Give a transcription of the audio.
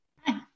Hi